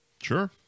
Sure